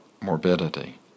morbidity